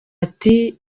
ati